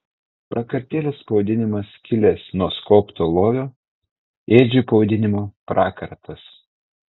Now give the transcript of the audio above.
prakartėlės pavadinimas kilęs nuo skobto lovio ėdžių pavadinimo prakartas